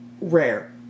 rare